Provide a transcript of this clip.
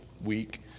week